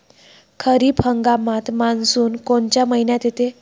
खरीप हंगामात मान्सून कोनच्या मइन्यात येते?